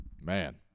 man